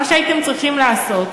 מה שהייתם צריכים לעשות,